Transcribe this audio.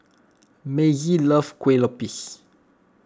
Mazie loves Kue Lupis